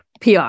PR